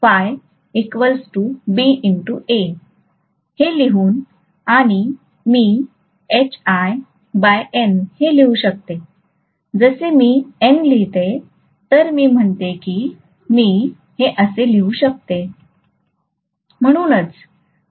हे लिहून आणि मी हे लिहू शकतो जसे मी N लिहितो तर मी म्हणतो की मी हे असे लिहू शकतो